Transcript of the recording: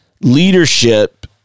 Leadership